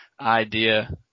idea